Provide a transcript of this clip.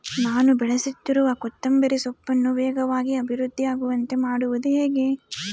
ನಾನು ಬೆಳೆಸುತ್ತಿರುವ ಕೊತ್ತಂಬರಿ ಸೊಪ್ಪನ್ನು ವೇಗವಾಗಿ ಅಭಿವೃದ್ಧಿ ಆಗುವಂತೆ ಮಾಡುವುದು ಹೇಗೆ?